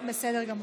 בסדר גמור.